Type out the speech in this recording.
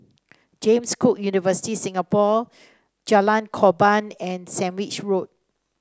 James Cook University Singapore Jalan Korban and Sandwich Road